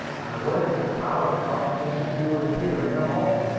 went into the pilot-house, thinking he would appear in a moment.